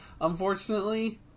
unfortunately